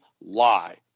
lie